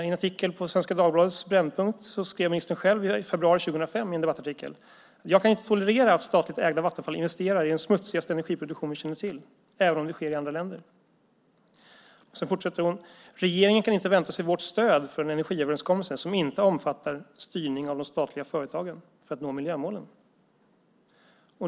I en artikel på Svenska Dagbladets Brännpunkt skrev ministern själv i februari 2005 i en debattartikel: Jag kan inte tolerera att statligt ägda Vattenfall investerar i den smutsigaste energiproduktion vi känner till, även om det sker i andra länder. Sedan fortsatte hon: Regeringen kan inte vänta sig vårt stöd för en energiöverenskommelse som inte omfattar styrning av de statliga företagen för att nå miljömålen.